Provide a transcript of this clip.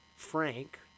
Frank